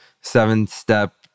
seven-step